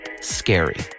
scary